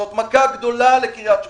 זאת מכה גדולה לקריית שמונה.